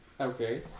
Okay